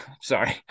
sorry